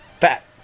fat